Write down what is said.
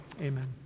amen